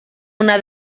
una